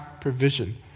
provision